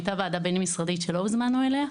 הייתה ועדה בין-משרדית שלא הוזמנו אליה.